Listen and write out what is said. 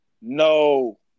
No